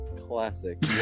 classic